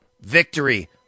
Victory